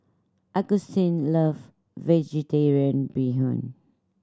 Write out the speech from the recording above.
Augustine love Vegetarian Bee Hoon